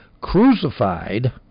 crucified